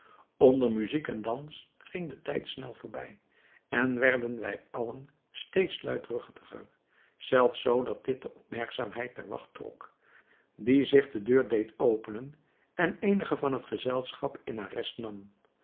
onder muzijk en dans ging de tijd snel voorbij en werden wij allen steeds luidruchtiger zelfs zoo dat dit de opmerkzaamheid der wacht trok die zich de deur deed openen en eenigen van het gezelschap in arrest nam